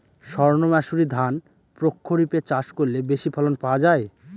সর্ণমাসুরি ধান প্রক্ষরিপে চাষ করলে বেশি ফলন পাওয়া যায়?